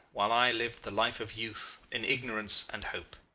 while i lived the life of youth in ignorance and hope.